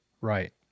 Right